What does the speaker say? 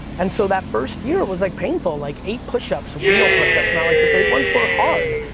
and so that first year was, like, painful, like, eight pushups, real pushups, not like the fake ones, were hard.